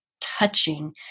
touching